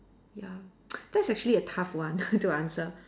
ya that's actually a tough one to answer